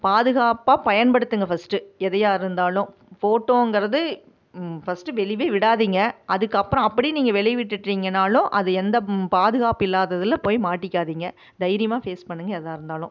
பாதுகாப்பாக பயன்படுத்துங்கள் ஃபர்ஸ்ட்டு எதையா இருந்தாலும் ஃபோட்டோங்கிறது ஃபர்ஸ்ட்டு வெளியே விடாதிங்க அதுக்கப்பறம் அப்படி நீங்கள் வெளியே விட்டுட்டிங்கனாலும் அது எந்த பாதுகாப்பு இல்லாததில் போய் மாட்டிக்காதிங்க தைரியமாக ஃபேஸ் பண்ணுங்கள் எதாக இருந்தாலும்